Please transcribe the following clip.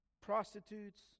prostitutes